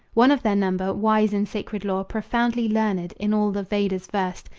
one of their number, wise in sacred lore, profoundly learned, in all the vedas versed,